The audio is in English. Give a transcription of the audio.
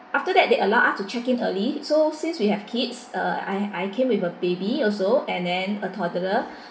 after that they allow us to check in early so since we have kids uh I I came with a baby also and then a toddler